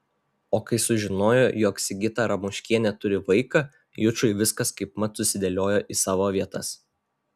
o kai sužinojo jog sigita ramoškienė turi vaiką jučui viskas kaipmat susidėliojo į savo vietas